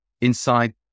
inside